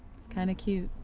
it's kinda cute.